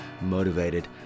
motivated